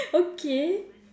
okay